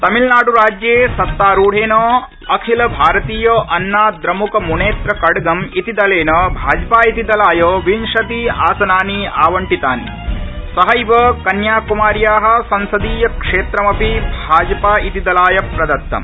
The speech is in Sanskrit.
तमिलनाडुराज्ये सत्तारूढेन अखिल भारतीय अन्ना ट्रमुक मनेत्र कड़गम इति दलेन भाजपा इति दलाय विशति आसनानि आवण्टितानि सहक्विकन्याकुमार्या संसदीयक्षेत्रमपि भाजपा इति दलाय प्रदत्तम्